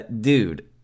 Dude